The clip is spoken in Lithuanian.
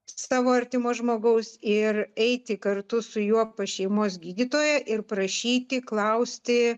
savo artimo žmogaus ir eiti kartu su juo pas šeimos gydytoją ir prašyti klausti